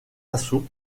assauts